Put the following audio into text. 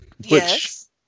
Yes